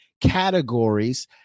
categories